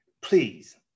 Please